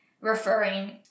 referring